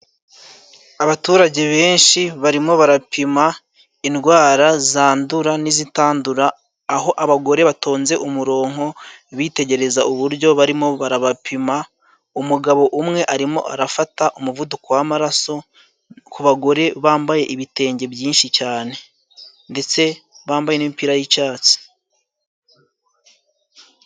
Abaturage benshi barimo barapima indwara zandura n'izitandura aho abagore batonze umurongonko bitegereza uburyo barimo barabapima umugabo umwe arimo arafata umuvuduko w'amaraso ku bagore bambaye ibitenge byinshi cyane ndetse bambaye n'imipira y'icyatsi.